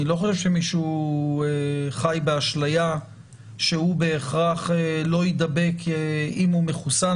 אני לא חושב שמישהו חי באשליה שהוא בהכרח לא יידבק אם הוא מחוסן.